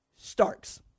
Starks